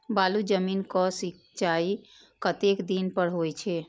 बालू जमीन क सीचाई कतेक दिन पर हो छे?